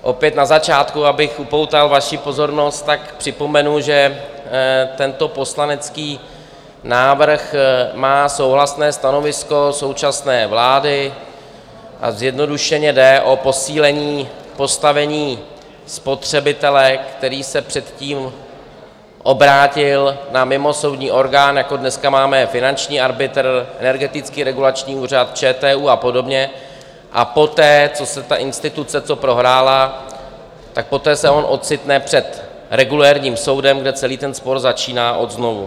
Opět na začátku, abych upoutal vaši pozornost, připomenu, že tento poslanecký návrh má souhlasné stanovisko současné vlády, a zjednodušeně jde o posílení postavení spotřebitele, který se předtím obrátil na mimosoudní orgán, jako dneska máme finanční arbitr, Energetický regulační úřad, ČTÚ a podobně, a poté, co ta instituce to prohrála, tak poté se on ocitne před regulérním soudem, kde celý ten spor začíná znovu.